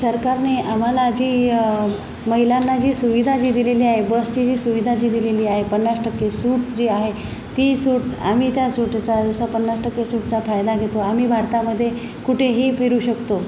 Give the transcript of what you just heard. सरकारने आम्हाला जी महिलांना जी सुविधा जी दिलेली आहे बसची जी सुविधा जी दिलेली आहे पन्नास टक्के सूट जी आहे ती सूट आम्ही त्या सुटीचा जसं पन्नास टक्के सूटचा फायदा घेतो आम्ही भारतामध्ये कुठेही फिरू शकतो